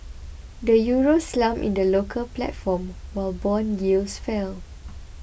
the Euro slumped in the local platform while bond yields fell